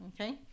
okay